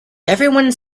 everyone